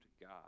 God